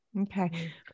Okay